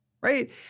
right